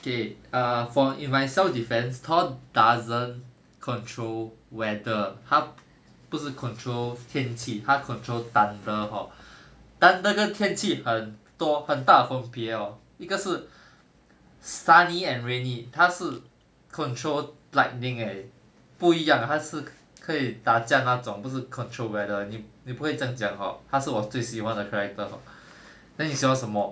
okay err for in my self defence thor doesn't control weather 他不是 control 天气他 control thunder hor thunder 跟天气很多很大分别 hor 一个是 sunny and rainy 他是 control lightning eh 不一样他是可以打架那种不是 control weather 你你不可以这样讲 hor 他是我最喜欢的 character hor then 你喜欢什么